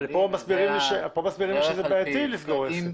כאן מסבירים לי שזה בעייתי לסגור עסק.